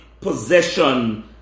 possession